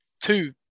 two